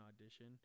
audition